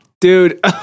Dude